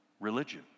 religion